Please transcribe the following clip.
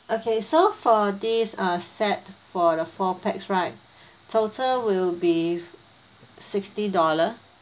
okay so for this uh set for the four pax right total will be sixty dollar